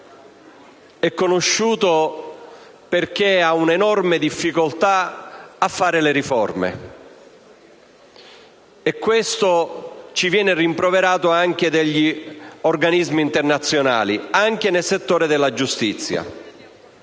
è conosciuto perché ha un'enorme difficoltà a fare le riforme, e questo ci viene rimproverato anche dagli organismi internazionali, anche nel settore della giustizia.